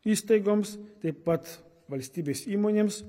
įstaigoms taip pat valstybės įmonėms